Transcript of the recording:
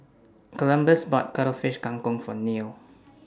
Columbus bought Cuttlefish Kang Kong For Neil